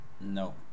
No